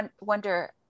wonder